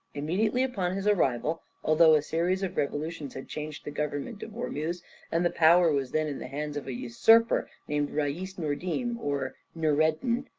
immediately upon his arrival, although a series of revolutions had changed the government of ormuz and the power was then in the hands of a usurper named rais-nordim or noureddin,